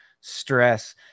stress